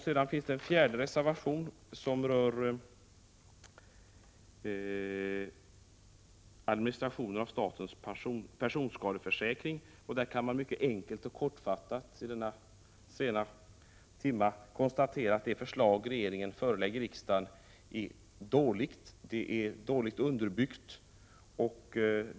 Sedan finns det en fjärde reservation som rör administration av statens personskadeförsäkring. Där kan man mycket enkelt och kortfattat, vid denna sena timma, konstatera att det förslag som regeringen framlägger är dåligt underbyggt.